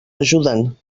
ajuden